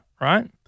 right